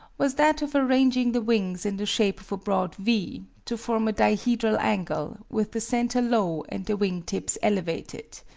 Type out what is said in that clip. was that of arranging the wings in the shape of a broad v, to form a dihedral angle, with the center low and the wing-tips elevated.